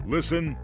Listen